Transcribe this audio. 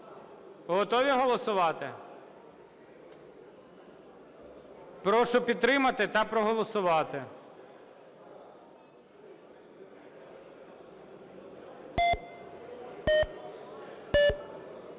Готові голосувати? Прошу підтримати та проголосувати.